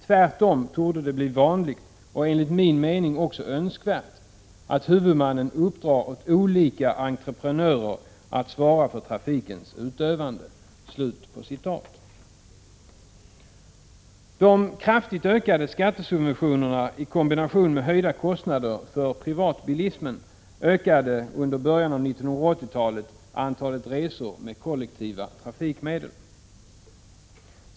Tvärtom torde det bli vanligt — och enligt min mening också önskvärt - att huvudmannen uppdrar åt olika entreprenörer att svara för trafikens utövande.” De kraftigt ökade skattesubventionerna, i kombination med höjda kostnader för privatbilismen, ökade under början av 1980-talet antalet resor med kollektiva trafikmedel.